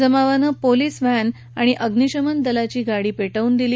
जमावानं police van आणि अग्निशमन दलाची गाडी पेटवून दिली